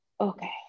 okay